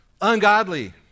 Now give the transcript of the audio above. Ungodly